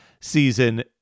season